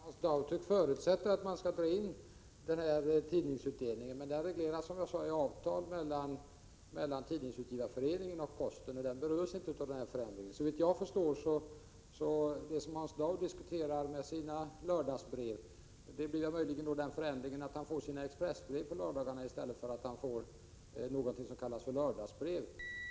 Fru talman! Hans Dau tycks förutsätta att man skall dra in tidningsutdelningen. Men den regleras, som jag sade tidigare, av ett avtal mellan Tidningsutgivareföreningen och postverket. Den berörs alltså inte av förändringen. När det gäller lördagsbrev, som Hans Dau diskuterar, blir det möjligen den förändringen att Hans Dau kommer att få ett expressbrev på lördagarna i stället för s.k. lördagsbrev.